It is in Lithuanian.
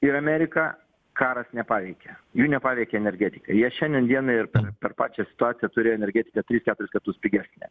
ir ameriką karas nepaveikė jų nepaveikė energetika jie šiandien dienai ir per pačią situaciją turi energetiką tris keturis kartus pigesnę